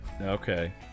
okay